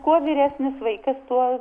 kuo vyresnis vaikas tuo